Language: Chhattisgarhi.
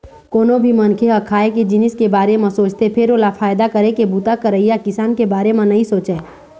कोनो भी मनखे ह खाए के जिनिस के बारे म सोचथे फेर ओला फायदा करे के बूता करइया किसान के बारे म नइ सोचय